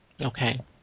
Okay